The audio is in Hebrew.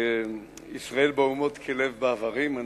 ישראל באומות כלב באיברים.